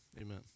amen